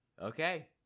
Okay